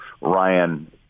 Ryan –